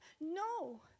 no